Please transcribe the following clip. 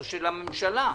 של הממשלה.